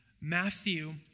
Matthew